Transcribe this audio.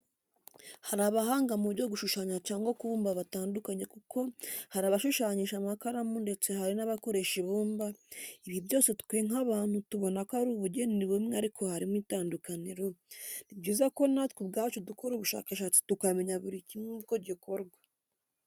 Hari abahanga mu byo gushushya cyangwa kubumba batandukanye kuko hari abashushanyisha amakaramu ndetse hari n'abakoresha ibumba, ibi byose twe nk'abantu tubona ko ari ubugeni bumwe ariko harimo itandukaniro, ni byiza ko natwe ubwacu dukora ubushakashatsi tukamenya buri kimwe uko gikorwa.